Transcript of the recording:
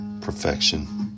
perfection